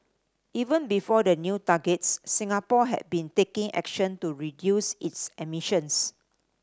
even before the new targets Singapore had been taking action to reduce its emissions